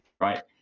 right